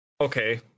okay